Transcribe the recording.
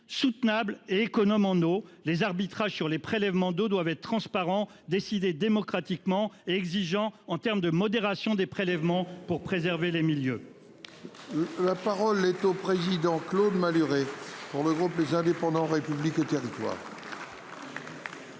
soutenable et économe en eau les arbitrages sur les prélèvements d'eau doivent être transparents décider démocratiquement et exigeant en termes de modération des prélèvements pour préserver les milieux. La parole est au président Claude Malhuret, pour le groupe les indépendants République. Après